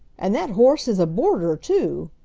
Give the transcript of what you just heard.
and that horse is a boarder too!